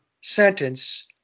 sentence